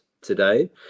today